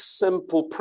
simple